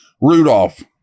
Rudolph